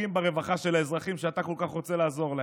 פוגעים ברווחה של האזרחים שאתה כל כך רוצה לעזור להם.